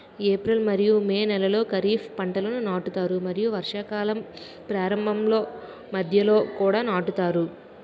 April మరియు May నెలలో ఖరీఫ్ పంటలను నాటుతారు మరియు వర్షాకాలం ప్రారంభంలో మధ్యలో కూడా నాటుతారు